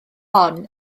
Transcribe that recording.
hon